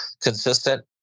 Consistent